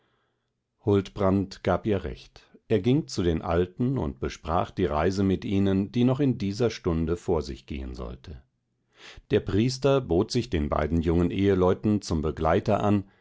huldbrand gab ihr recht er ging zu den alten und besprach die reise mit ihnen die noch in dieser stunde vor sich gehen sollte der priester bot sich den beiden jungen eheleuten zum begleiter an